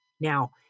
Now